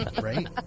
Right